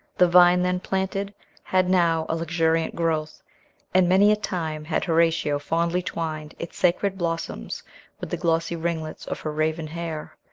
the vine then planted had now a luxuriant growth and many a time had horatio fondly twined its sacred blossoms with the glossy ringlets of her raven hair.